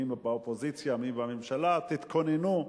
מי באופוזיציה ומי בממשלה: "תתכוננו",